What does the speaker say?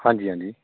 ਹਾਂਜੀ ਹਾਂਜੀ